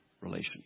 relations